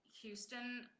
Houston